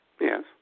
Yes